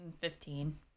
Fifteen